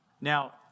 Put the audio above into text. Now